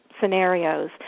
scenarios